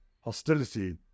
hostility